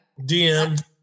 DM